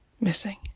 missing